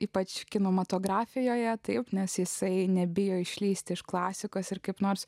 ypač kinematografijoje taip nes jisai nebijo išlįsti iš klasikos ir kaip nors